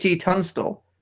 Tunstall